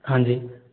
हाँ जी